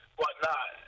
whatnot